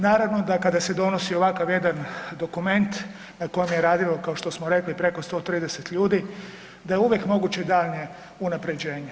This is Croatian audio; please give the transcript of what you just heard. Naravno da kada se donosi ovakav jedan dokument na kojem je radilo kao što smo rekli preko 130 ljudi da je uvijek moguće daljnje unapređenje.